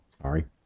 sorry